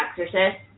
exorcist